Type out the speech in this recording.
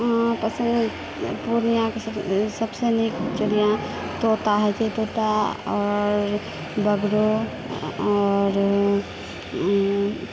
पसन्द पूर्णियाँके सबसँ निक चिड़ियाँ तोता होइत छै तोता आओर बगरो आओर